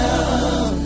Love